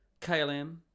KLM